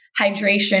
hydration